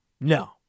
No